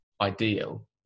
ideal